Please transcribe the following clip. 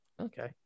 okay